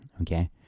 Okay